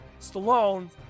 Stallone